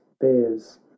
bears